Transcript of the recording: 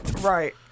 Right